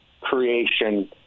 creation